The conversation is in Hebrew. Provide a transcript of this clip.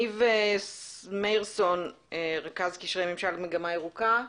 ניב מאירסון, רכז קשרי ממשל, מגמה ירוקה,